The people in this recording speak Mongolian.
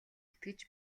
итгэж